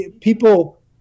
people